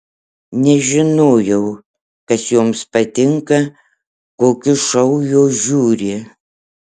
nežinojau kas joms patinka kokius šou jos žiūri